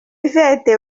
yvette